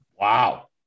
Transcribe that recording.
Wow